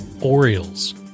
Orioles